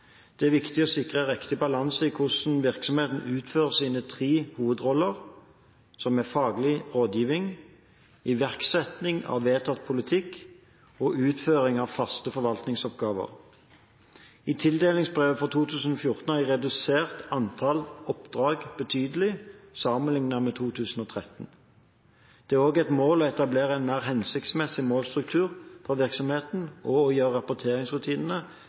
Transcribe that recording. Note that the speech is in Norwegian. Det er viktig å sikre riktig balanse i hvordan virksomheten utfører sine tre hovedroller, som er faglig rådgivning, iverksetting av vedtatt politikk og utføring av faste forvaltningsoppgaver. I tildelingsbrevet for 2014 har jeg redusert antall oppdrag betydelig sammenliknet med 2013. Det er også et mål å etablere en mer hensiktsmessig målstruktur for virksomheten og å gjøre rapporteringsrutinene